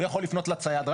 הוא יכול לפנות רק לצייד,